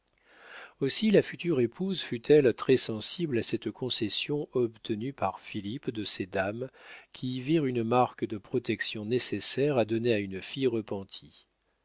aussi la future épouse fut-elle très-sensible à cette concession obtenue par philippe de ces dames qui y virent une marque de protection nécessaire à donner à une fille repentie